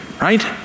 right